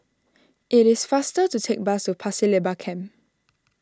it is faster to take bus to Pasir Laba Camp